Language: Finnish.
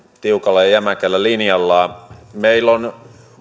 tiukalla ja jämäkällä linjallaan meillä on